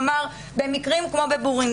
כלומר במקרים כמו בבורין,